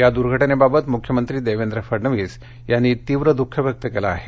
या दूर्घटनेबाबत मुख्यमंत्री देवेंद्र फडणवीस यांनी तीव्र दुःख व्यक्त केलं आहे